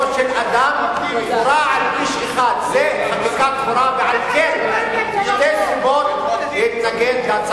זו פגיעה בזכות הקניין וחקיקה פרטית.